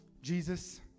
Jesus